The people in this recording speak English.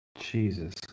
Jesus